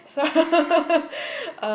so